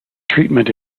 treatment